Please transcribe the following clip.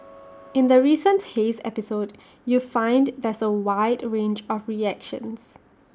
in the recent haze episode you find there's A wide range of reactions